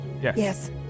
Yes